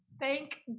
thank